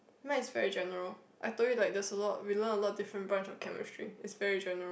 mine is very general I told you like there's a lot we learn a lot of different branch of chemistry is very general